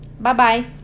bye-bye